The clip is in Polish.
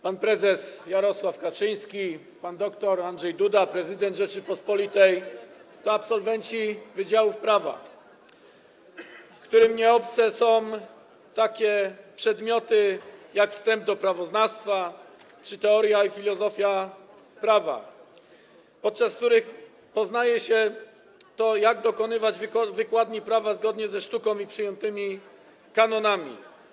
Pan prezes Jarosław Kaczyński, pan dr Andrzej Duda, prezydent Rzeczypospolitej, to absolwenci wydziałów prawa, którym nieobce są takie przedmioty jak wstęp do prawoznawstwa czy teoria i filozofia prawa, w ramach których poznaje się, jak dokonywać wykładni prawa zgodnie ze sztuką i przyjętymi kanonami.